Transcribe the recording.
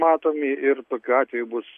matomi ir tokiu atveju bus